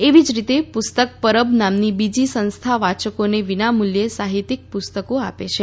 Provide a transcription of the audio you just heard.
એવી જ રીતે પુસ્તક પરબ નામની બીજી સંસ્થા વાંચકોને વિનામુલ્યે સાહિત્યિક પુસ્તકો આપે છે